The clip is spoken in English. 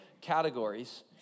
categories